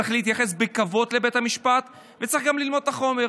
צריך להתייחס בכבוד לבית המשפט וצריך גם ללמוד את החומר.